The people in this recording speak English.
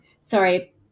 Sorry